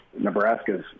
Nebraska's